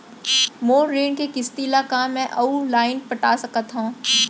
मोर ऋण के किसती ला का मैं अऊ लाइन पटा सकत हव?